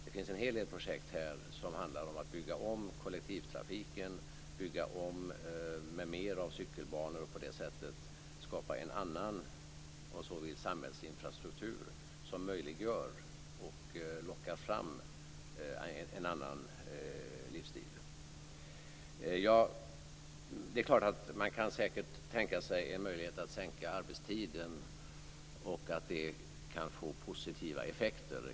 Här finns en hel del projekt som handlar om att bygga om kollektivtrafiken med mer av cykelbanor och på det sättet skapa en annan samhällsinfrastruktur, som möjliggör och lockar fram en annan livsstil. Man kan säkert tänka sig en möjlighet att sänka arbetstiden och att det kan få positiva effekter.